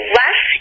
less